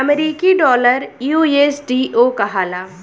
अमरीकी डॉलर यू.एस.डी.ओ कहाला